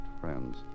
friends